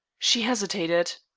she hesitated.